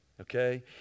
okay